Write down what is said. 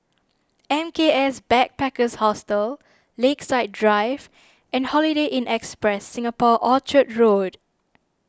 M K S Backpackers Hostel Lakeside Drive and Holiday Inn Express Singapore Orchard Road